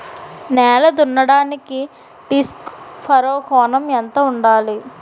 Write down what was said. నేల దున్నడానికి disc furrow కోణం ఎంత ఉండాలి?